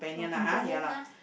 for companian ah